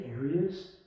areas